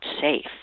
safe